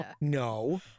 no